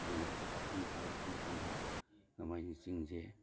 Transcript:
ꯑꯩꯅ ꯄꯥꯈꯪ ꯐꯥꯔꯛꯄ ꯃꯇꯝꯗ ꯅꯣꯡꯃꯥꯏꯖꯤꯡ ꯆꯤꯡꯁꯦ